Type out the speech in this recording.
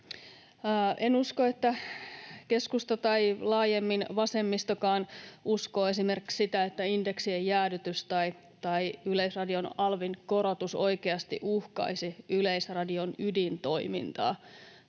En usko, että keskusta tai laajemmin vasemmistokaan uskoo esimerkiksi sitä, että indeksien jäädytys tai Yleisradion alvin korotus oikeasti uhkaisi Yleisradion ydintoimintaa.